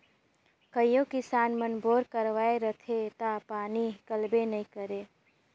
कइयो किसान मन बोर करवाथे ता पानी हिकलबे नी करे